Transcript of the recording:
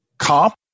Comp